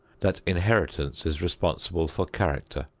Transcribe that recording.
that inheritance is responsible for character,